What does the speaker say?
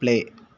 play